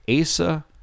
Asa